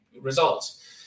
results